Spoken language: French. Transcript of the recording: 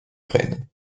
graines